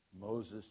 Moses